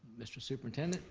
mr. superintendent.